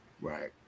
Right